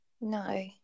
no